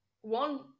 one